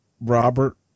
Robert